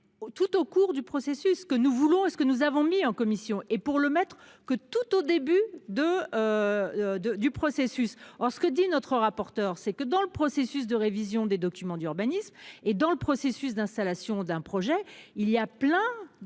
tout au cours du processus que nous voulons, est ce que nous avons mis en commission et, pour le mettre que tout au début de. De du processus. Alors ce que dit notre rapporteur c'est que dans le processus de révision des documents d'urbanisme et dans le processus d'installation d'un projet, il y a plein de